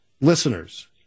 listeners